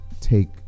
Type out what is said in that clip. take